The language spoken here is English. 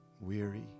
weary